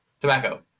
Tobacco